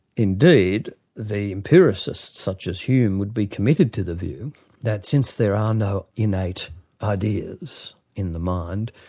indeed the empiricists such as hume would be committed to the view that since there are no innate ideas in the mind,